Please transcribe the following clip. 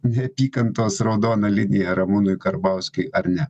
neapykantos raudona linija ramūnui karbauskiui ar ne